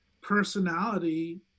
personality